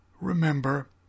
remember